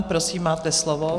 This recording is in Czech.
Prosím, máte slovo.